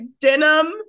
denim